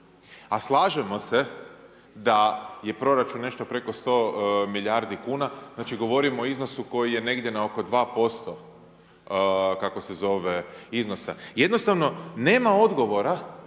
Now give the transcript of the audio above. a slažemo se da je proračun nešto preko 100 milijardi kuna. Znači govorimo o iznosu koji je negdje na oko 2% iznosa. Jednostavno nema odgovora